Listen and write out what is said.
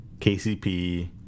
KCP